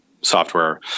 software